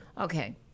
Okay